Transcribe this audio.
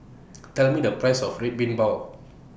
Tell Me The Price of Red Bean Bao